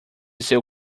seu